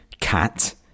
cat